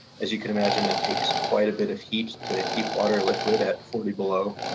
as you can imagine it takes quite a bit of heat to keep water liquid at forty below.